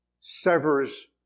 severs